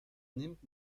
nimmt